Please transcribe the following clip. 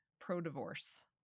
pro-divorce